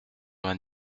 vingt